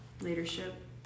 leadership